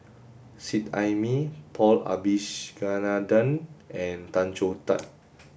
Seet Ai Mee Paul Abisheganaden and Tan Choh Tee